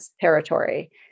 territory